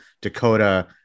dakota